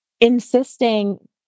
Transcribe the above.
insisting